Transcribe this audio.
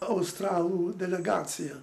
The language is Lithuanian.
australų delegacija